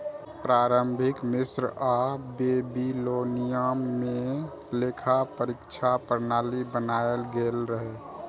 प्रारंभिक मिस्र आ बेबीलोनिया मे लेखा परीक्षा प्रणाली बनाएल गेल रहै